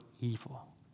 evil